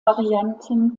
varianten